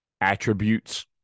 attributes